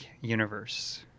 Universe